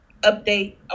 update